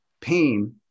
pain